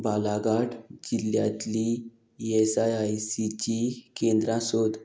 बालाघाट जिल्ल्यांतलीं ईएसआयआयसीचीं केंद्रां सोद